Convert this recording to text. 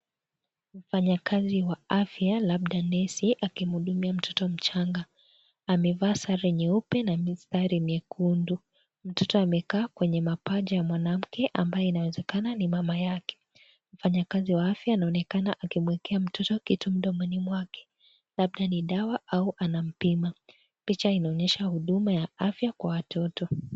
Mfanyakazi wa afya labda nesi akimhudumia mtoto mchanga. Amevaa sare nyeupe na mistari miekundu. Mtoto amekaa kwenye mapaja ya mwanamke ambaye inawezekana ni mama yake. Mfanyakazi wa afya anaonekana akimwekea mtoto kitu mdomoni mwake. Labda ni dawa au anampima. Picha inaonyesha huduma ya afya kwa watoto.